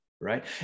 right